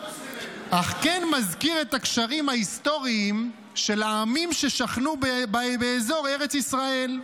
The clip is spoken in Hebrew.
אך כן מזכיר את הקשרים ההיסטוריים של העמים ששכנו באזור ארץ ישראל.